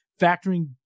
factoring